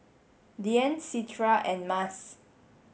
Dian Citra and Mas